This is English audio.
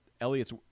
Elliot's